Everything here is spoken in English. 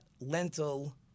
lentil